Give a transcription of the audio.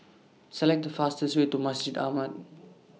Select The fastest Way to Masjid Ahmad